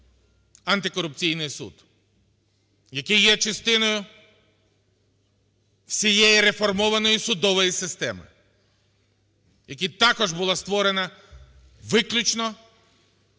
антикорупційний суд, який є частиною всієї реформованої судової системи, яка також була створена виключно